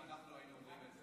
אם אנחנו היינו אומרים את זה,